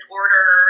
order